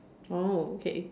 oh okay